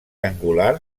angular